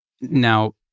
now